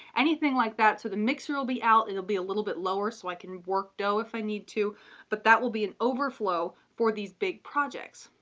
anything like that, so the mixer will be out and it'll be a little bit lower, so i can work dough if i need to but that will be an overflow for these big projects.